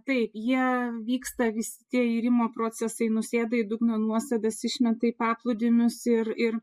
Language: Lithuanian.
tai jie vyksta visi tie irimo procesai nusėda į dugno nuosėdas išmeta į paplūdimius ir ir